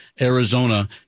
Arizona